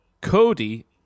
Cody